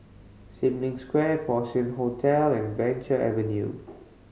Sim Lim Square Porcelain Hotel and Venture Avenue